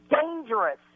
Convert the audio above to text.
dangerous